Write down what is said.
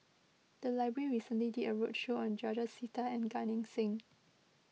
the library recently did a roadshow on George Sita and Gan Eng Seng